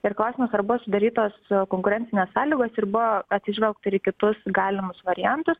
ir klausimas ar buvo sudarytos konkurencinės sąlygos ir buvo atsižvelgta ir į kitus galimus variantus